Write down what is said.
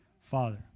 father